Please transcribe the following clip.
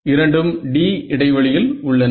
இரண்டும் d இடைவெளியில் உள்ளன